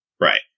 Right